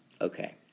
Okay